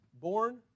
born